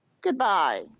goodbye